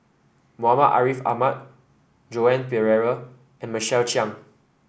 Muhammad Ariff Ahmad Joan Pereira and Michael Chiang